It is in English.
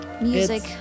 music